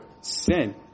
sin